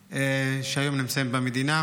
שהיום נמצאים במדינה.